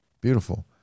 Beautiful